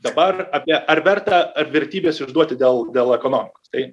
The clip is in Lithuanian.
dabar apie ar verta ar vertybes išduoti dėl dėl ekonomikos tai